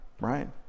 right